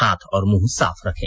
हाथ और मुंह साफ रखे